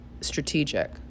Strategic